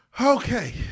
Okay